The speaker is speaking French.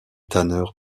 tanneur